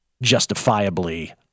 justifiably